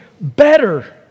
better